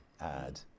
ad